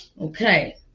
okay